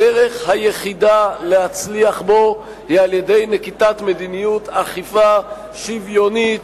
הדרך היחידה להצליח בו היא על-ידי נקיטת מדיניות אכיפה שוויונית,